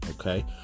Okay